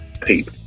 peep